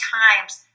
times